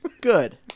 Good